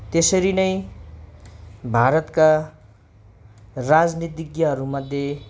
त्यसरी नै भारतका राजनीतिज्ञहरूमध्ये